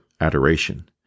adoration